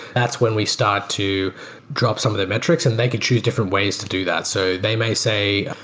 that's when we start to drop some of their metrics and they can choose different ways to do that so they may say,